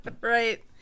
right